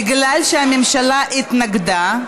בגלל שהממשלה התנגדה,